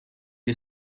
est